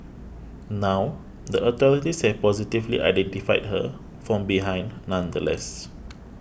now the authorities have positively identified her from behind nonetheless